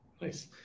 Nice